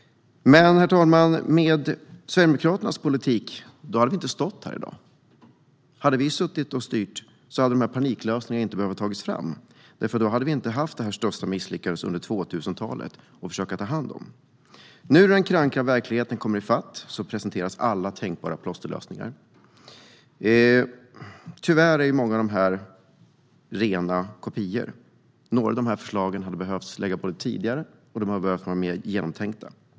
Herr talman! Med Sverigedemokraternas politik hade vi inte stått här i dag. Om vi hade fått styra hade inte dessa paniklösningar behövt tas fram, för då hade vi inte haft det största misslyckandet under 2000-talet att försöka ta hand om. Nu när den krassa verkligheten kommer i fatt presenteras alla tänkbara plåsterlösningar. Tyvärr är många av dessa rena kopior. Några av förslagen skulle både ha behövt läggas fram tidigare och varit mer genomtänkta.